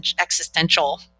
existential